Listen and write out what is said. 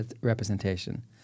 representation